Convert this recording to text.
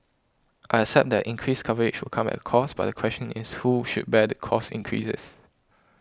I accept that increased coverage will come at cost but the question is who should bear the cost increases